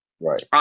Right